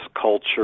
culture